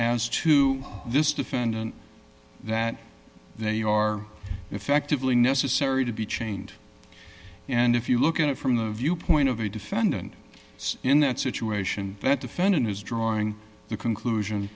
as to this defendant that they are effectively necessary to be chained and if you look at it from the viewpoint of a defendant in that situation that defendant is drawing the conclusion